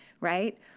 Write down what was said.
Right